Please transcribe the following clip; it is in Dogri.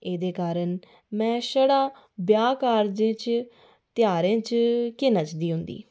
एह्दे कारण में छडा ब्याह् कारजें च तेहारें च गै नचदी होंदी ही